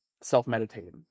self-meditating